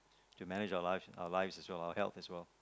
manage our life our life as well our help as well